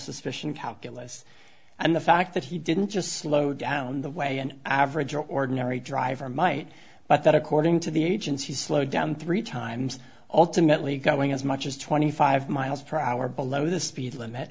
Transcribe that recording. suspicion calculus and the fact that he didn't just slow down the way an average ordinary driver might but that according to the agents he slowed down three times alternately going as much as twenty five miles per hour below the speed limit